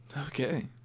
Okay